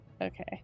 Okay